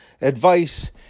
advice